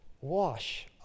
wash